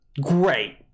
great